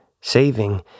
Saving